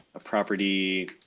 a property